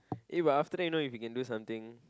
eh but after that you know you can do something